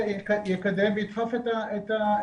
--- שיקדם וידחוף את הדברים.